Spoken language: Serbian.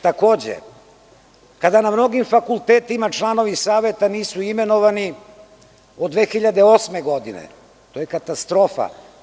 Takođe, kada na mnogim fakultetima članovi saveta nisu imenovani od 2008. godine, to je katastrofa.